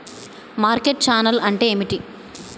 Market channel అంటే ఏమిటి?